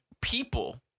people